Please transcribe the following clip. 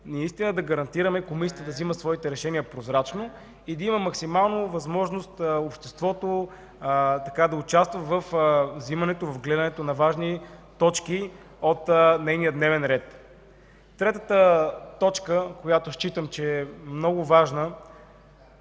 наистина да гарантираме Комисията да взема своите решения прозрачно и обществото да има максимално възможност да участва във вземането и гледането на важни точки от нейния дневен ред. Третата точка, която считам, че е много важна